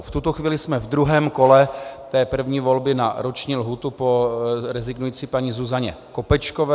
V tuto chvíli jsme v druhém kole té první volby na roční lhůtu po rezignující paní Zuzaně Kopečkové.